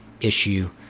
issue